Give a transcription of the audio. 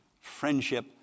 friendship